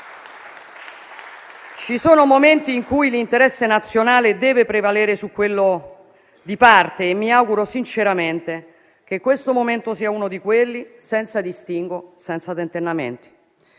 Ci sono momenti in cui l'interesse nazionale deve prevalere su quello di parte e mi auguro sinceramente che questo momento sia uno di quelli, senza distinguo e senza tentennamenti.